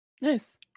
Nice